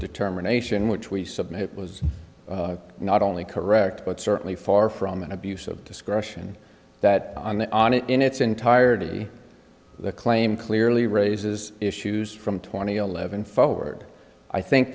determination which we submit was not only correct but certainly far from an abuse of discretion that on the on it in its entirety the claim clearly raises issues from twenty eleven forward i think